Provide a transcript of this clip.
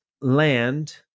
land